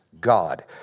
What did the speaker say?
God